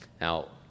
Now